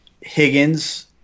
Higgins